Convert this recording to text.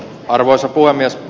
arvoisa puhemies